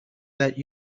that